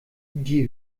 die